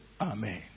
Amen